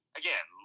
again